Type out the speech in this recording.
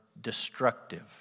destructive